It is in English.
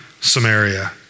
Samaria